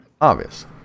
obvious